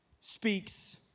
speaks